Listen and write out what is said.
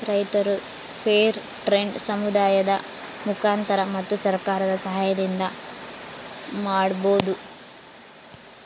ರೈತರು fair trade ಸಮುದಾಯದ ಮುಖಾಂತರ ಮತ್ತು ಸರ್ಕಾರದ ಸಾಹಯದಿಂದ ಮಾಡ್ಬೋದು